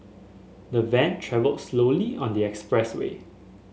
the van travelled slowly on the expressway